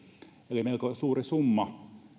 eli melko suuri summa